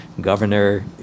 governor